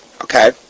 Okay